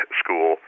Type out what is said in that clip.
school